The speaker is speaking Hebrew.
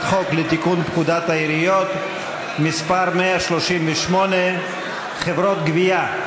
חוק לתיקון פקודת העיריות (מס' 138) (חברות גבייה),